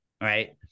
right